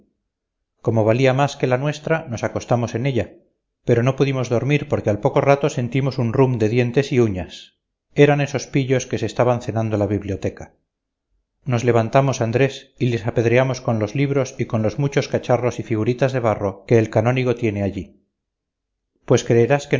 como valía más que la nuestra nos acostamos en ella pero no pudimos dormir porque al poco rato sentimos un rum de dientes y uñas eran esos pillos que se estaban cenando la biblioteca nos levantamos andrés y les apedreamos con los libros y con los muchos cacharros y figuritas de barro que el canónigo tiene allí pues creerás